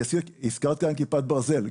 הזכרת כאן כיפת ברזל.